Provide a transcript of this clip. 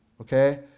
Okay